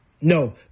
No